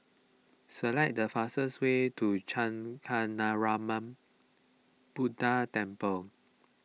select the fastest way to Kancanarama Buddha Temple